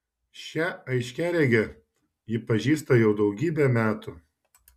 šią aiškiaregę ji pažįsta jau daugybę metų